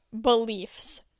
beliefs